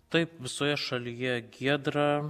taip visoje šalyje giedra